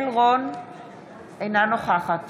אינה נוכחת